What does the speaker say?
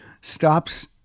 stops